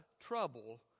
trouble